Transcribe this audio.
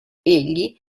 egli